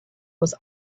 was